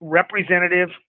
representative